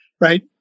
right